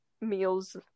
meals